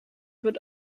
wird